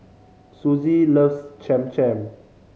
Suzie loves Cham Cham